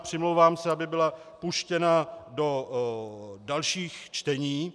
Přimlouvám se, aby byla puštěna do dalších čtení.